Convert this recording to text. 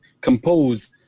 compose